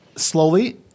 slowly